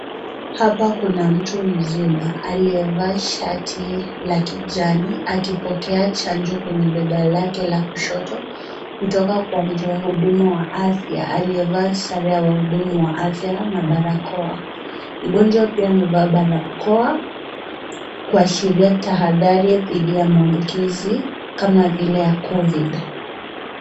Hapa kuna mtu mzima, aliyevaa shati la kijani akipokea chanjo kwenye bega lake la kushoto, kutoka kwa mtu wa huduma wa afya aliyevaa sare ya wahudumu wa afya na barakoa. Mgonjwa pia amevaa barakoa, kuashiria tahadhari dhidi ya maambukizi kama vile ya Covid.